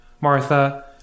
Martha